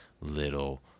little